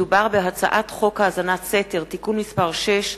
מדובר בהצעת חוק האזנת סתר (תיקון מס' 6),